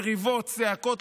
מריבות וצעקות.